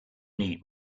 need